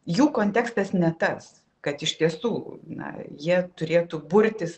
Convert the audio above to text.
jų kontekstas ne tas kad iš tiestų na jie turėtų burtis